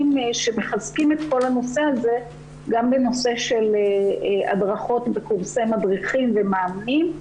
שמחזקים את כל הנושא הזה גם בנושא של הדרכות בקורסי מדריכים ומאמנים.